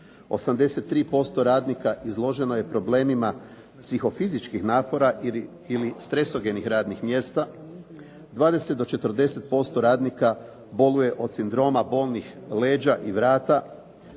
83% radnika izloženo je problemima psihofizičkih napora ili stresogenih radnih mjesta, 20 do 40% radnika boluje od sindroma bolnih leđa i vrata.